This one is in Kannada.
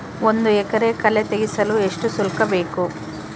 ಒಂದು ಎಕರೆ ಕಳೆ ತೆಗೆಸಲು ಎಷ್ಟು ಶುಲ್ಕ ಬೇಕು?